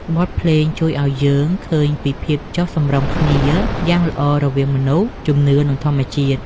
បទភ្លេងជួយឱ្យយើងឃើញពីភាពចុះសម្រុងគ្នាយ៉ាងល្អ រវាងមនុស្ស ជំនឿ និងធម្មជាតិ។